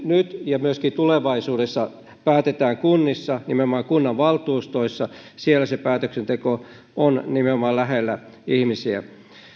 nyt ja myöskin tulevaisuudessa päätetään kunnissa nimenomaan kunnanvaltuustoissa siellä se päätöksenteko on nimenomaan lähellä ihmisiä